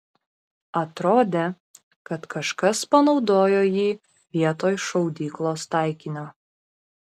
atrodė kad kažkas panaudojo jį vietoj šaudyklos taikinio